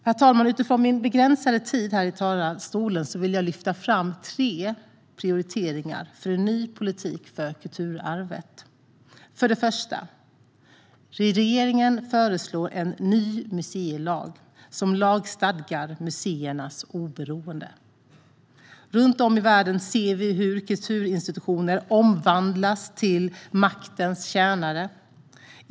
Herr talman! Under min begränsade tid här i talarstolen vill jag lyfta fram tre prioriteringar för en ny politik för kulturarvet. För det första föreslår regeringen en ny museilag som lagstadgar museernas oberoende. Runt om i världen ser vi hur kulturinstitutioner omvandlas till maktens tjänare.